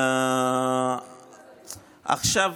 עכשיו,